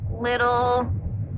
little